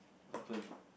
what happen